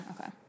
Okay